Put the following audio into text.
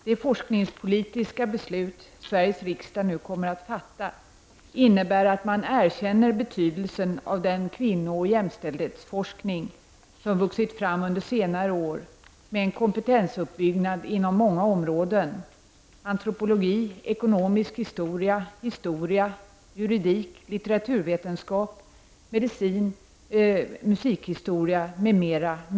Det forskningspolitiska beslut Sveriges riksdag nu kommer att fatta innebär att man erkänner betydelsen av den kvinnooch jämställdhetsforskning som vuxit fram under senare år med en kompetensuppbyggnad inom många områden: antropologi, ekonomisk historia, historia, juridik, litteraturvetenskap, medicin, musikhistoria m.m.